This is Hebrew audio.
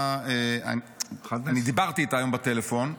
דיברתי איתה בטלפון.